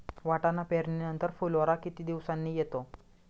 वाटाणा पेरणी नंतर फुलोरा किती दिवसांनी येतो?